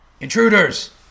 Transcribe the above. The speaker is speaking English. intruders